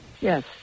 Yes